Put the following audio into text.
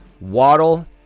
Waddle